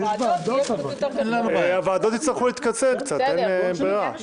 הוועדות יצטרכו להתקצר קצת, אין ברירה.